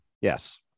Yes